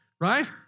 right